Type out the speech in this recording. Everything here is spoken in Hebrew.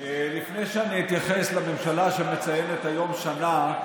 לפני שאני אתייחס לממשלה שמציינת היום שנה,